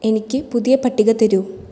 എനിക്ക് പുതിയ പട്ടിക തരൂ